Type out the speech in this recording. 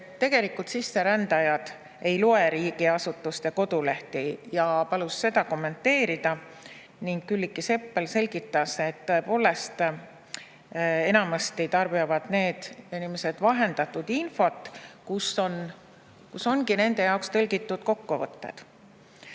tegelikult sisserändajad ei loe riigiasutuste kodulehti, ja palus seda kommenteerida. Külliki Seppel selgitas, et tõepoolest, enamasti tarbivad need inimesed vahendatud infot, nende jaoks tõlgitud kokkuvõtteid.